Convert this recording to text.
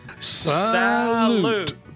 Salute